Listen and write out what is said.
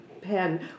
pen